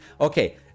okay